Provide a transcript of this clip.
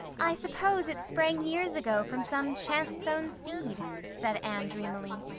i suppose it sprang years ago from some chance-sown seed, said anne dreamily.